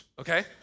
okay